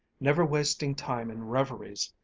never wasting time in reveries,